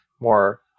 more